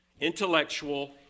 Intellectual